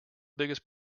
biggest